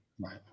Right